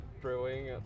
brewing